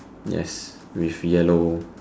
yes with yellow